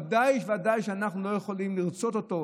ודאי וודאי שאנחנו לא יכולים לרצות אותו.